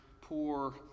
poor